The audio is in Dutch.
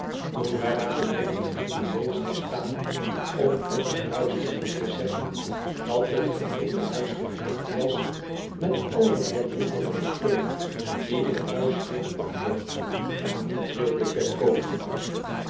toen wij naar beneden gingen bleef zij staan om ons fluisterend te zeggen dat het geheele huis gevuld was met allerlei wonderlijke prullen die de huisheer opkocht en niet wilde verkoopen